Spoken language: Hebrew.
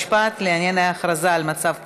ומשפט לעניין ההכרזה על מצב חירום,